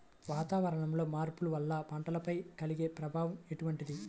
వాతావరణంలో మార్పుల వల్ల పంటలపై కలిగే ప్రభావం ఎటువంటిది?